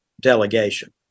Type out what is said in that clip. delegation